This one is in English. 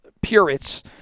purists